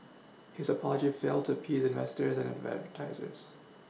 his apology failed to peace investors and advertisers